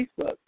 Facebook